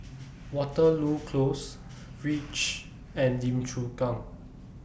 Waterloo Close REACH and Lim Chu Kang